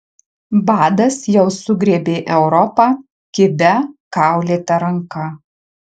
badas jau sugriebė europą kibia kaulėta ranka